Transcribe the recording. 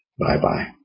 Bye-bye